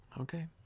okay